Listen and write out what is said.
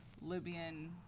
Libyan